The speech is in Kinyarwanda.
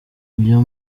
iyo